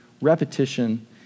repetition